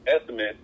Estimate